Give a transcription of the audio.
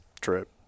trip